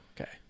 Okay